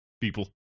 people